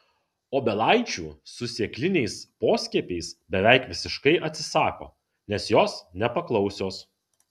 obelaičių su sėkliniais poskiepiais beveik visiškai atsisako nes jos nepaklausios